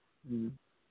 ꯎꯝ